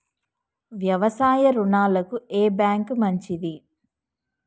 వ్యవసాయ రుణాలకు ఏ బ్యాంక్ మంచిది?